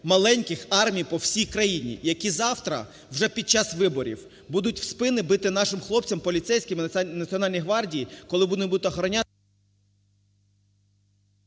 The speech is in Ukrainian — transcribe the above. маленьких армій по всій країні, які завтра вже під час виборів будуть в спини бити нашим хлопцям, поліцейським і Національній гвардії, коли вони будуть охороняти…